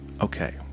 Okay